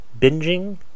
binging